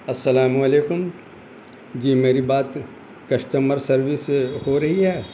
السلام علیکم جی میری بات کسٹمر سروس ہو رہی ہے